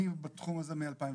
אני בתחום הזה מ-2006.